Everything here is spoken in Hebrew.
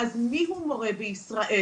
אז מי הוא מורה בישראל,